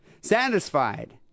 satisfied